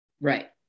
Right